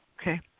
okay